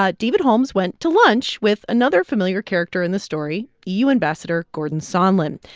ah david holmes went to lunch with another familiar character in the story, eu ambassador gordon sondland.